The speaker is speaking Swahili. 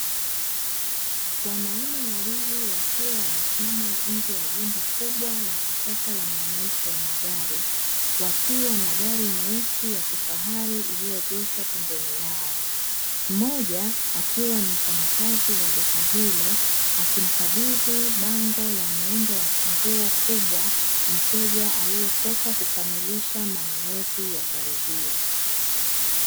Wanaume wawili, wakiwa wamesimama nje ya jumba kubwa la kisasa la maonyesho ya magari , wakiwa na gari nyeusi ya kifahari, ilioegeshwa pembeni yao. Mmoja , akiwa ni mfanyakazi wa duka hilo, akimkabidhi bango la muundo wa funguo kubwa, mteja alietoka kukamilisha manunuzi ya gari hiyo.